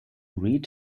read